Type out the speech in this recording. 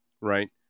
right